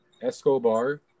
Escobar